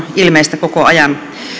ilmeisiä koko ajan